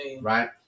right